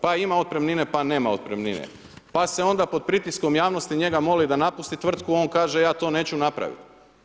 Pa ima otpremnine, pa nema otpremnine, pa se onda pod pritiskom javnosti njega moli da napusti tvrtku, on kaže ja to neću napraviti.